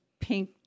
pink